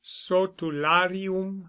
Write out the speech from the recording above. sotularium